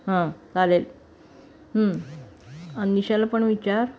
हं चालेल अनिशाला पण विचार